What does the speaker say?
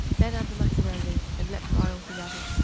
then add the macaroni, and let fry altogether.